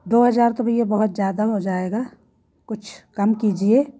दो हज़ार तो भैया बहुत ज़्यादा हो जाएगा कुछ कम कीजिए